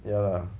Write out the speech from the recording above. ya lah